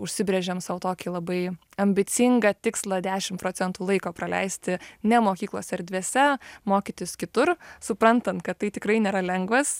užsibrėžėm sau tokį labai ambicingą tikslą dešim procentų laiko praleisti ne mokyklos erdvėse mokytis kitur suprantant kad tai tikrai nėra lengvas